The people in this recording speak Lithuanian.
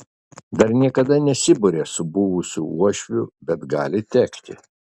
dar niekada nesibarė su buvusiu uošviu bet gali tekti